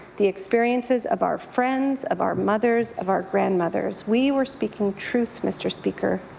the experiences of our friends, of our mothers, of our grandmothers. we were speaking truths, mr. speaker.